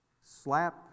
slap